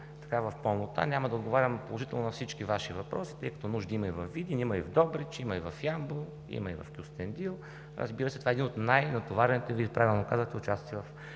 в пълнота няма да отговарям положително на всички Ваши въпроси, тъй като нужди има и във Видин, и в Добрич, и в Ямбол, и в Кюстендил. Разбира се, това е един от най-натоварените, Вие правилно казахте, участъци